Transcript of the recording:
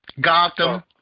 Gotham